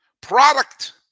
product